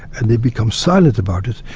and they become silent about it,